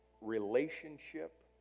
relationship